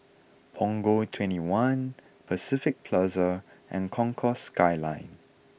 Punggol twenty one Pacific Plaza and Concourse Skyline